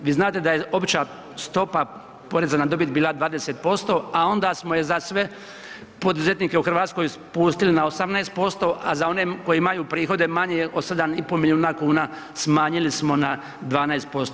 Vi znate da je opća stopa poreza na dobit bila 20% a onda smo je za sve poduzetnike u Hrvatskoj spustili na 18% a za one koji imaju prihode manje od 7,5 milijuna kuna, smanjili smo na 12%